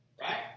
right